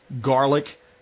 garlic